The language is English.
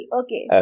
okay